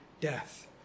death